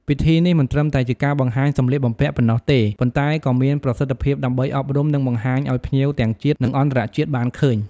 ពិធីនេះមិនត្រឹមតែជាការបង្ហាញសម្លៀកបំពាក់ប៉ុណ្ណោះទេ ប៉ុន្តែក៏មានប្រសិទ្ធភាពដើម្បីអប់រំ និងបង្ហាញអោយភ្ញៀវទាំងជាតិ និងអន្តរជាតិ បានឃើញ។